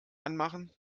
anmachen